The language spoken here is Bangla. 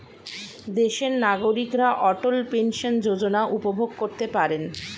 দেশের নাগরিকরা অটল পেনশন যোজনা উপভোগ করতে পারেন